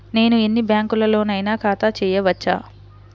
నేను ఎన్ని బ్యాంకులలోనైనా ఖాతా చేయవచ్చా?